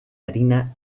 harina